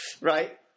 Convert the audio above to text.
Right